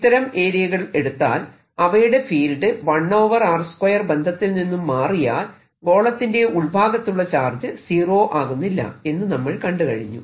ഇത്തരം ഏരിയകൾ എടുത്താൽ അവയുടെ ഫീൽഡ് 1 r 2 ബന്ധത്തിൽ നിന്നും മാറിയാൽ ഗോളത്തിന്റെ ഉൾഭാഗത്തുള്ള ചാർജ് സീറോ ആകുന്നില്ല എന്ന് നമ്മൾ കണ്ടുകഴിഞ്ഞു